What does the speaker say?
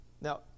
Now